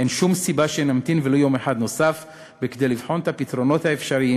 אין שום סיבה שנמתין ולו יום אחד נוסף כדי לבחון את הפתרונות האפשריים,